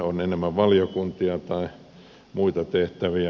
on enemmän valiokuntia tai muita tehtäviä